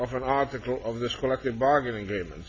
of an article of this collective bargaining agreement